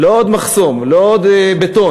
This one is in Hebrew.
לא עוד מחסום, לא עוד בטון,